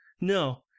No